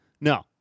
no